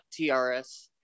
TRS